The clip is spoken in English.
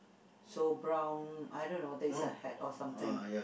so brown I don't know what they said is a hat or something